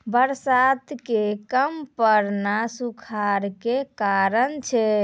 बरसात के कम पड़ना सूखाड़ के कारण छै